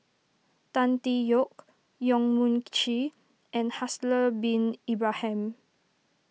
Tan Tee Yoke Yong Mun Chee and Haslir Bin Ibrahim